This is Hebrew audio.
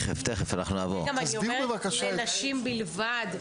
זה גם אני אומרת לנשים בלבד.